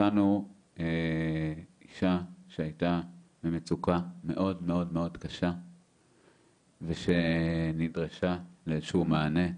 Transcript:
מצאנו אישה שהייתה במצוקה מאוד מאוד מאוד קשה ושנדרשה לאיזה שהוא מענה,